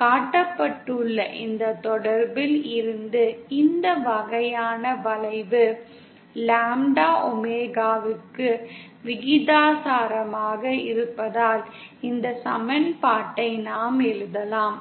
காட்டப்பட்டுள்ள இந்த தொடர்பில் இருந்து இந்த வகையான வளைவு லாம்ப்டா ஒமேகாவுக்கு விகிதாசாரமாக இருப்பதால் இந்த சமன்பாட்டை நாம் எழுதலாம்